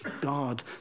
God